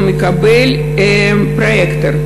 הוא מקבל פרויקטור,